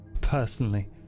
Personally